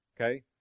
okay